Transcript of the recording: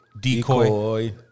Decoy